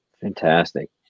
fantastic